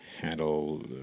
handle